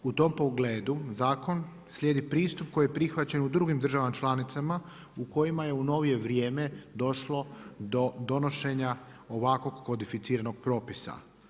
U tom pogledu zakon, slijedi pristup koji prihvaćaju u drugim državama članicama, u kojima je u novije vrijeme došlo do donošenja ovakvog modificiranog propisa.